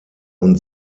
und